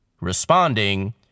responding